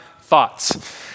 thoughts